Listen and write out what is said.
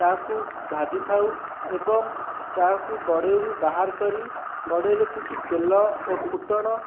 ତାହାକୁ ଭାଜିଥାଉ ଏବଂ ତାହାକୁ କଢ଼େଇରୁ ବାହାର କରି କଢ଼େଇରେ କିଛି ତେଲ ଓ ଫୁଟଣ